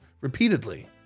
repeatedly